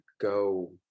go